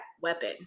weapon